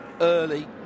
early